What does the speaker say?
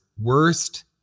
worst